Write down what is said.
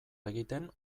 egiten